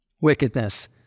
Wickedness